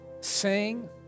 sing